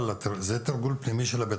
זה תרגול פנימי של בית